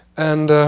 and